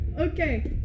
Okay